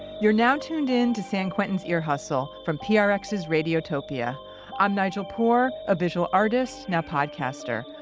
you're now tuned in to san quentin's ear hustle from prx's radiotopia i'm nigel poor, a visual artist, now podcaster.